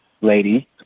lady